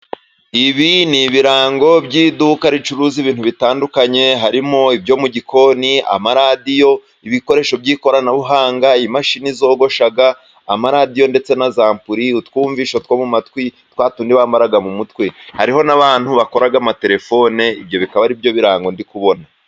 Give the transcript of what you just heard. Ibi ni ibirango by'iduka ricuruza ibintu bitandukanye, harimo ibyo mu gikoni, amaradiyo ibikoresho by'ikoranabuhanga, imashini zogosha, amaradiyo ndetse na za ampuri ,utwumvisho two mu matwi twa tundi tumwe bambara mu mutwe, hariho n'abantu bakoraga amatelefone ibyo bikaba aribyo birango ndi kubona.